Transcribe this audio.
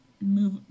move